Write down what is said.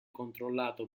controllato